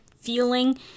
feeling